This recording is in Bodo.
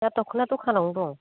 दा दखना दखानावनो दं